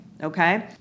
Okay